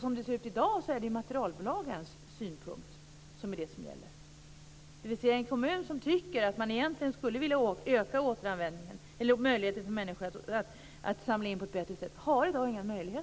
Som det ser ut i dag är det materialbolagens synpunkt som gäller. En kommun som egentligen skulle vilja öka möjligheterna för människor att samla in på ett bättre sätt kan i dag inte göra det.